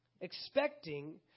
expecting